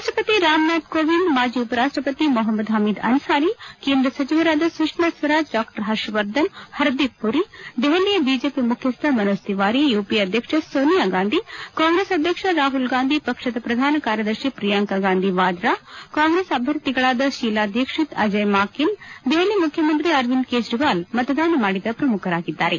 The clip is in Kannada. ರಾಷ್ಷಪತಿ ರಾಮ್ನಾಥ್ ಕೋವಿಂದ್ ಮಾಜಿ ಉಪರಾಷ್ಷಪತಿ ಮೊಪಮದ್ ಹಮೀದ್ ಅನ್ಲಾರಿ ಕೇಂದ್ರ ಸಚಿವರಾದ ಸುಷ್ನಾ ಸ್ವರಾಜ್ ಡಾ ಪರ್ಷವರ್ಧನ್ ಪರ್ದೀಪ್ ಮರಿ ದೆಹಲಿ ಬಿಜೆಪಿ ಮುಖ್ಯಸ್ವ ಮನೋಜ್ ತಿವಾರಿ ಯುಪಿಎ ಅಧ್ಯಕ್ಷ ಸೋನಿಯಾ ಗಾಂಧಿ ಕಾಂಗ್ರೆಸ್ ಅಧ್ಯಕ್ಷ ರಾಮಲ್ ಗಾಂಧಿ ಪಕ್ಷದ ಪ್ರಧಾನ ಕಾರ್ಯದರ್ಶಿ ಪ್ರಿಯಾಂಕಾ ಗಾಂಧಿ ವಾದ್ರಾ ಕಾಂಗ್ರೆಸ್ ಅಭ್ಯರ್ಥಿಗಳಾದ ಶೀಲಾದೀಕ್ಷಿತ್ ಅಜೇಯ್ ಮಾಕೇನ್ ದೆಹಲಿ ಮುಖ್ಯಮಂತ್ರಿ ಅರವಿಂದ್ ಕೇಜ್ರಿವಾಲ್ ಮತದಾನ ಮಾಡಿದ ಪ್ರಮುಖರಾಗಿದ್ದಾರೆ